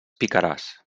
picaràs